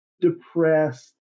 depressed